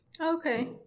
Okay